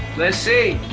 let's see.